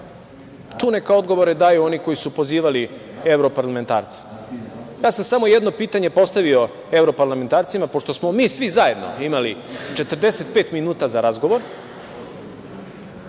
tu neka odgovore daju oni koji su pozivali evroparlamentarce. Ja sam samo jedno pitanje postavio evroparlamentarcima, pošto smo mi svi zajedno imali 45 minuta za razgovor,